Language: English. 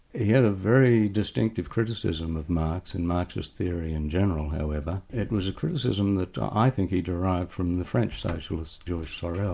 he had a very distinctive criticism of marx and marxist theory in general, however. it was a criticism that i think he derived from the french socialist, georges sorel.